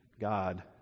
God